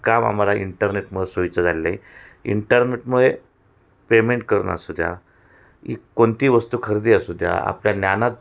काम आम्हाला इंटरनेटमुळे सोयीचं झालेलं आहे इंटरनेटमुळे पेमेंट करणं असू द्या की कोणती वस्तू खरेदी असू द्या आपल्या ज्ञानात